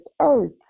earth